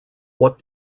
what